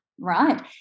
right